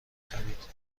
خرید